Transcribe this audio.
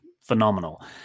phenomenal